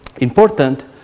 important